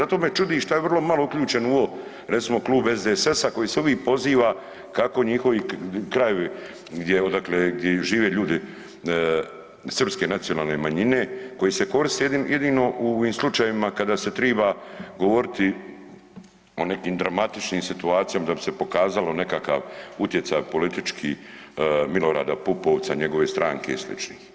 Zato me čudi šta je vrlo malo uključen u ovo recimo klub SDSS-a koji se uvijek poziva kako njihovi krajevi odakle, gdje žive ljudi srpske nacionalne manjine koji se koriste jedino u ovim slučajevima kada se triba govoriti o nekim dramatičnim situacijama da bi se pokazalo nekakav utjecaj politički Milorada Pupovca, njegove stranke i sličnih.